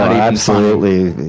absolutely.